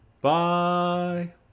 Bye